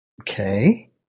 Okay